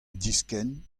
diskenn